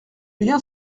lien